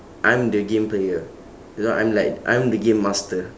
I'm the game player you know I'm like I'm the game master